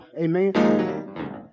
amen